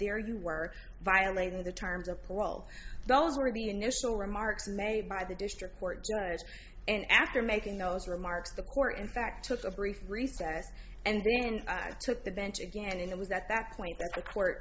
there you were violating the terms of parole those were the initial remarks made by the district court and after making those remarks the court in fact took a brief recess and then and i took the bench again and it was at that point the court